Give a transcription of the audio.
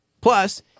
Plus